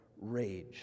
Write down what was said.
rage